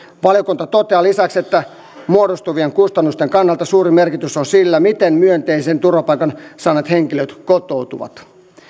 valiokunta toteaa lisäksi että muodostuvien kustannusten kannalta suuri merkitys on sillä miten myönteisen turvapaikkapäätöksen saaneet henkilöt kotoutuvat